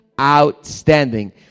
outstanding